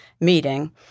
meeting